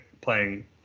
playing